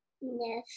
Yes